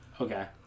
Okay